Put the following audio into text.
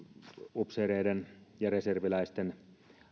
upseereiden ja reserviläisten